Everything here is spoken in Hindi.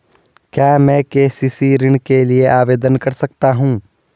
क्या मैं के.सी.सी ऋण के लिए आवेदन कर सकता हूँ?